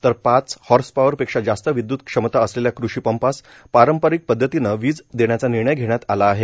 तर पाच horse power पेक्षा जास्त विद्युत क्षमता असलेल्या कृषी पंपास पारंपारिक पदधतीने वीज देण्याचा निर्णय घेण्यात आला आहे